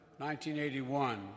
1981